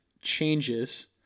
changes